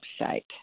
website